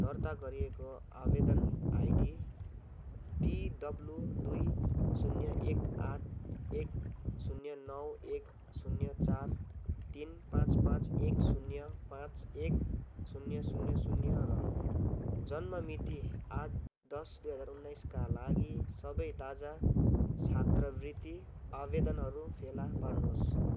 दर्ता गरिएको आवेदन आइडी डी डब्लु दुई शून्य एक आठ एक शून्य नौ एक शून्य चार तिन पाँच पाँच एक शून्य पाँच एक शून्य शून्य शून्य र जन्म मिति आठ दस दुई हजार उन्नाइसका लागि सबै ताजा छात्रवृत्ति आवेदनहरू फेला पार्नुहोस्